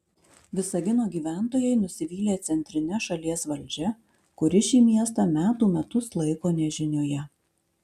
visagino gyventojai nusivylę centrine šalies valdžia kuri šį miestą metų metus laiko nežinioje